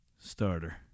starter